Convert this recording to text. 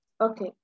Okay